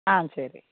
ஆ சரி